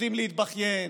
יודעים להתבכיין,